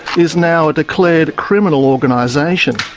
is now a declared criminal organisation.